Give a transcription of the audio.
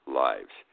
lives